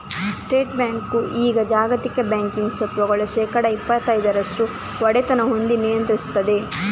state bank ಈಗ ಜಾಗತಿಕ banking ಸ್ವತ್ತುಗಳ ಶೇಕಡಾ ಇಪ್ಪತೈದರಷ್ಟು ಒಡೆತನ ಹೊಂದಿ ನಿಯಂತ್ರಿಸ್ತದೆ